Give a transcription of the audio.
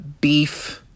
beef